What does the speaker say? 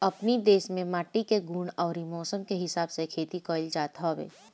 अपनी देस में माटी के गुण अउरी मौसम के हिसाब से खेती कइल जात हवे